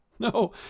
No